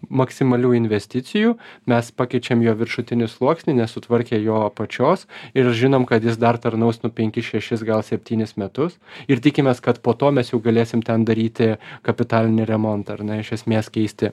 maksimalių investicijų mes pakeičiam jo viršutinį sluoksnį nesutvarkę jo apačios ir žinom kad jis dar tarnaus nu penkis šešis gal septynis metus ir tikimės kad po to mes jau galėsim ten daryti kapitalinį remontą ar ne iš esmės keisti